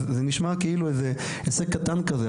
זה נשמע כאילו הישג קטן כזה,